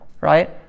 right